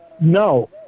No